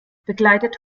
begleitet